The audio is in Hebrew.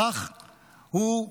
בכך הוא,